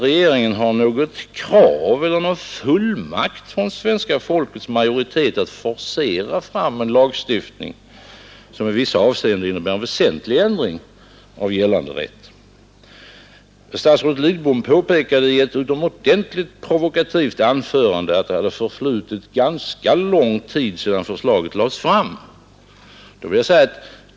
Regeringen har inte något krav eller någon fullmakt från svenska folkets majoritet att forcera fram en lagstiftning som i vissa avseenden innebär en väsentlig ändring av gällande rätt. Statsrådet Lidbom påpekade i ett utomordentligt provokativt anförande att det har förflutit ganska lång tid sedan förslaget lades fram.